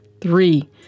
Three